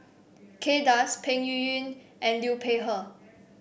Kay Das Peng Yuyun and Liu Peihe